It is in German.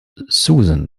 susan